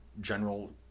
general